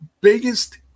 biggest